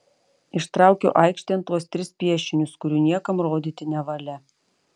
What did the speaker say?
ištraukiu aikštėn tuos tris piešinius kurių niekam rodyti nevalia